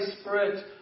Spirit